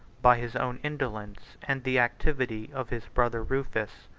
by his own indolence and the activity of his brother rufus.